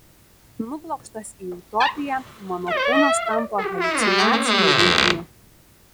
nublokštas į utopiją mano kūnas tampa haliucinacijų rinkiniu